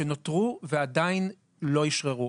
שנותרו ועדיין לא אישררו.